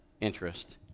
interest